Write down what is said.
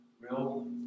real